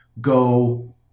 go